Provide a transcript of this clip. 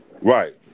Right